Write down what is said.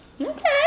Okay